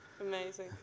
Amazing